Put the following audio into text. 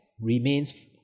remains